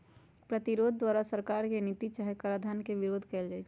प्रतिरोध के द्वारा सरकार के नीति चाहे कराधान के विरोध कएल जाइ छइ